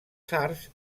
sards